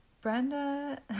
brenda